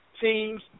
teams